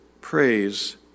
praise